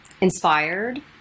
inspired